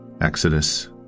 Exodus